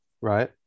right